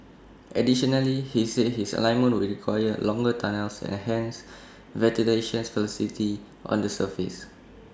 additionally he said this alignment would require longer tunnels and hence ventilation facilities on the surface